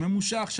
ממושך,